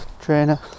trainer